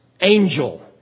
angel